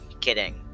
Kidding